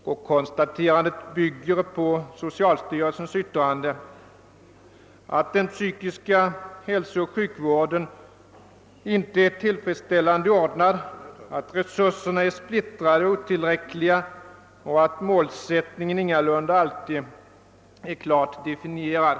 — och uttalandet bygger på socialstyrelsens yttrande — att den psykiska hälsooch sjukvården inte är tillfredsställande ordnad, att resurserna är splittrade och otillräckliga samt att målsättningen ingalunda alltid är klart definierad.